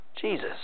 Jesus